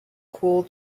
cool